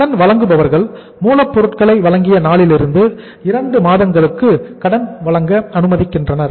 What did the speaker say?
கடன் வழங்குபவர்கள் மூலப்பொருட்களை வழங்கிய நாளிலிருந்து இரண்டு மாதங்களுக்கு கடன் வழங்க அனுமதிக்கின்றனர்